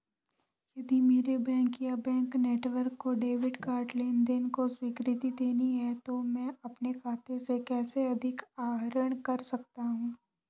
यदि मेरे बैंक या बैंक नेटवर्क को डेबिट कार्ड लेनदेन को स्वीकृति देनी है तो मैं अपने खाते से कैसे अधिक आहरण कर सकता हूँ?